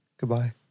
Goodbye